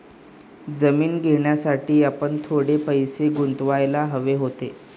जमीन घेण्यासाठी आपण थोडे पैसे गुंतवायला हवे होते